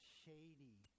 shady